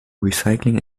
recycling